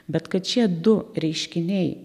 bet kad šie du reiškiniai